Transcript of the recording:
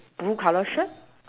blue color shirt